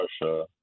Russia